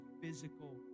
physical